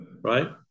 right